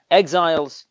exiles